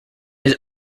his